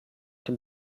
dem